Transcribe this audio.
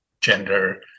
gender